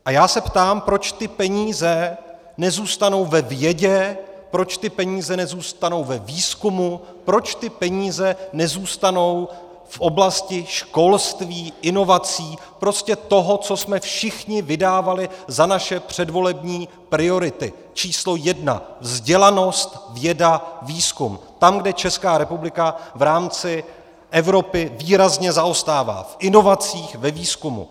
A já se ptám, proč ty peníze nezůstanou ve vědě, proč ty peníze nezůstanou ve výzkumu, proč ty peníze nezůstanou v oblasti školství, inovací, prostě toho, co jsme všichni vydávali za naše předvolební priority číslo jedna: vzdělanost, věda, výzkum, tam, kde Česká republika v rámci Evropy výrazně zaostává v inovacích, ve výzkumu.